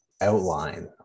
outline